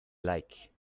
like